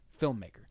...filmmaker